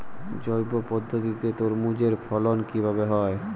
জৈব পদ্ধতিতে তরমুজের ফলন কিভাবে হয়?